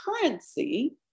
currency